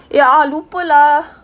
ya lupa lah